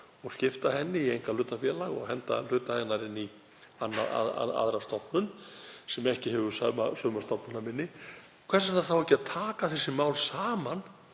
og skipta henni í einkahlutafélag og henda hluta hennar inn í aðra stofnun sem ekki hefur sama stofnanaminni, hvers vegna þá ekki að taka þessi mál saman